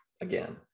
again